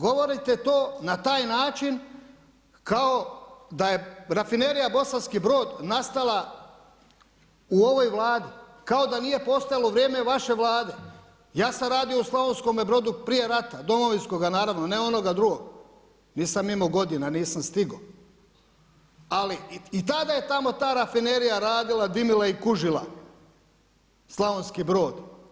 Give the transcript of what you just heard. Govorite to na taj način kao da je rafinerija Bosanski Brod nastala u ovoj Vladi, kao da nije postojala u vrijeme vaše Vlade, ja sam radio u Slavonskome Brodu prije rata, Domovinskoga, naravno, ne onoga drugog, nisam imao godina, nisam stigao, ali i tada je tamo ta rafinerija radila, dimila i kužila Slavonski Brod.